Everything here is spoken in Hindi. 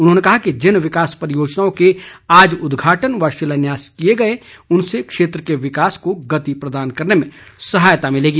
उन्होंने कहा कि जिन विकास परियोजनाओं के आज उद्घाटन व शिलान्यास किए गए उनसे क्षेत्र के विकास को गति प्रदान करने में सहायता मिलेगी